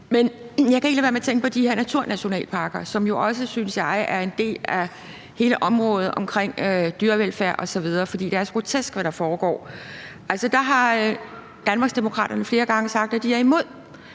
være med at tænke på de her naturnationalparker, som jo også, synes jeg, er en del af hele området omkring dyrevelfærd osv. For det, der foregår, er så grotesk. Altså, der har Danmarksdemokraterne flere gange sagt, at de er imod